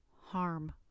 harm